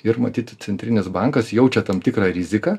ir matyti centrinis bankas jaučia tam tikrą riziką